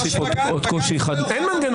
יש עוד קושי אחד לפני כן.